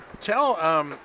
Tell